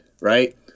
Right